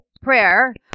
prayer